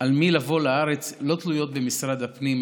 על מי לבוא לארץ לא תלויות במשרד הפנים,